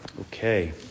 Okay